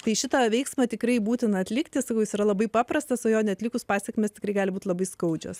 kai šitą veiksmą tikrai būtina atlikti sakau jis yra labai paprastas o jo neatlikus pasekmės tikrai gali būti labai skaudžios